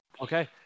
okay